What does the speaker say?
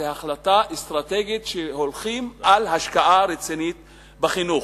זו החלטה אסטרטגית שהולכים על השקעה רצינית בחינוך.